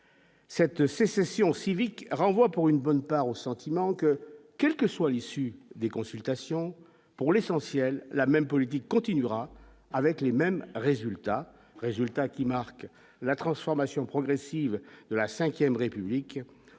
Cette sécession civique renvoie pour une bonne part au sentiment que quelle que soit l'issue des consultations pour l'essentiel, la même politique continuera avec les mêmes résultats résultat qui marque la transformation progressive de la 5ème République